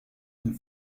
and